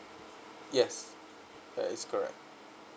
yes that is correct